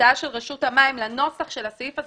הצעה של רשות המים לנופך של הסעיף הזה